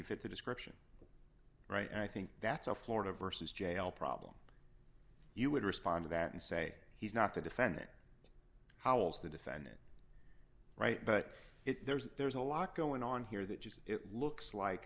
fit the description right and i think that's a florida versus jail problem you would respond to that and say he's not the defendant howell's the defendant right but if there's there's a lot going on here that just looks like